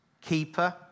keeper